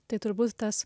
tai turbūt tas